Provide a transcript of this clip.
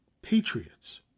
Patriots